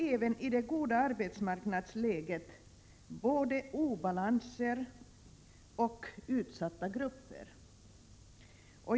Även i det goda arbetsmarknadsläget finns det både obalanser och utsatta grupper.